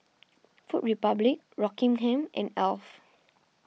Food Republic Rockingham and Alf